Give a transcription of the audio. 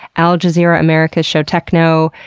al jazeera america's show techknow,